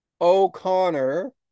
O'Connor